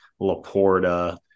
Laporta